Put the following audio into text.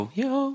yo